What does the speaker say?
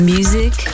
Music